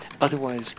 Otherwise